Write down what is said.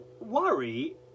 Worry